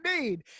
need